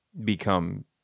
become